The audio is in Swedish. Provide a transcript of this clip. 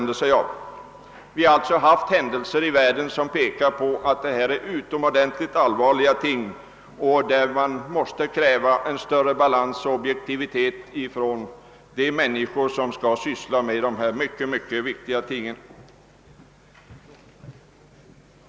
Det har alltså inträffat händelser i världen som pekar på att detta är utomordentligt väsentliga ting och att man måste kräva bättre balans och större objektivitet av de människor som skall syssla med massmedia.